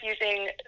using